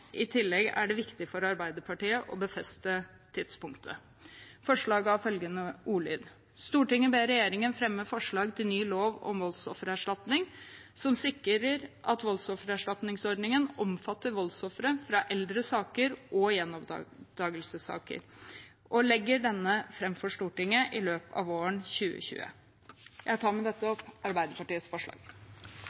I tillegg er det viktig for Arbeiderpartiet å befeste tidspunktet. Forslaget har følgende ordlyd: «Stortinget ber regjeringen fremme forslag til ny lov om voldsoffererstatning som sikrer at voldsoffererstatningsordningen omfatter voldsofre fra eldre saker og gjenopptakelsessaker, og legger denne frem for Stortinget i løpet av våren 2020.» Jeg tar med dette opp Arbeiderpartiets forslag.